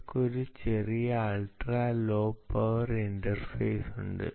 അവർക്ക് ഒരു ചെറിയ അൾട്രാ ലോ പവർ ഇന്റർഫേസ് ഉണ്ട്